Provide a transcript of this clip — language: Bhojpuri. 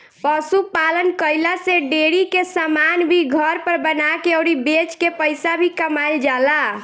पशु पालन कईला से डेरी के समान भी घर पर बना के अउरी बेच के पईसा भी कमाईल जाला